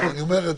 אני אומר את